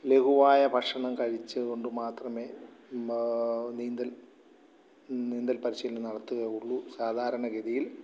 ലഘുവായ ഭക്ഷണം കഴിച്ചുകൊണ്ടുമാത്രമേ നീന്തൽ നീന്തൽ പരിശീലനം നടത്തുകയുള്ളു സാധാരണഗതിയിൽ